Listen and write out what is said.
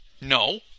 No